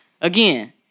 again